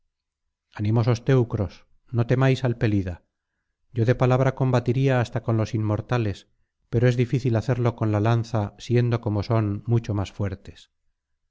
animosos teucros no temáis al pelida yo de palabra combatiría hasta con los inmortales pero es difícil hacerlo con la lanza siendo como son mucho más fuertes